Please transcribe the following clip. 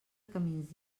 camins